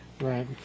Right